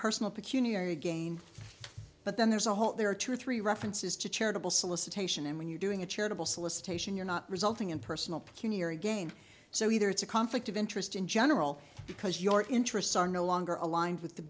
personal peculiar again but then there's a whole there are two or three references to charitable solicitation and when you're doing a charitable solicitation you're not resulting in personal peculiar again so either it's a conflict of interest in general because your interests are no longer aligned with the